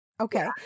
Okay